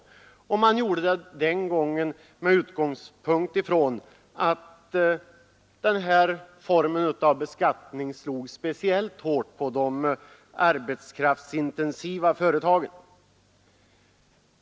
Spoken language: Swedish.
Den gången skedde detta med utgångs punkt i att denna form av beskattning slog speciellt hårt mot de arbetskraftsintensiva företagen.